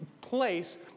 place